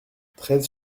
treize